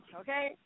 Okay